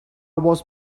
was